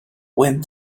wind